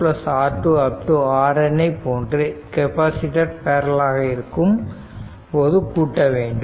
RN ஐ போன்று capacitor parallel ஆக இருக்கும் போது கூட்ட வேண்டும்